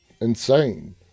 insane